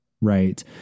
Right